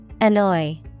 Annoy